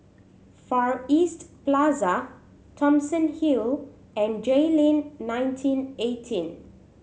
Far East Plaza Thomson Hill and Jayleen nineteen eighteen